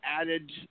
added